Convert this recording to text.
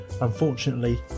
Unfortunately